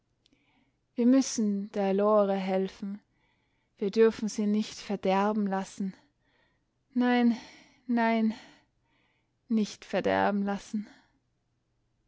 wir müssen der lore helfen wir dürfen sie nicht verderben lassen nein nein nicht verderben lassen